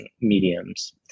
mediums